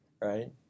Right